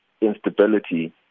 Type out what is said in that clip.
instability